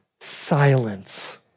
silence